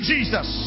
Jesus